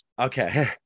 Okay